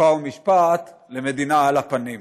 חוקה ומשפט למדינה על הפנים.